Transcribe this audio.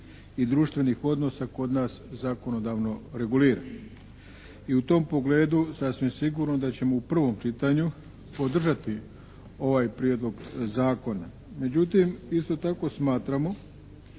i društvenih odnosa kod nas zakonodavno regulira. I u tom pogledu sasvim sigurno da ćemo u prvom čitanju podržati ovaj prijedlog zakona. Međutim, isto tako smatramo